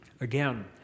Again